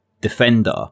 defender